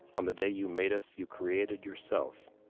on the day you made us, you created yourself,